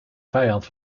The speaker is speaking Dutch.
vijand